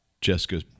Jessica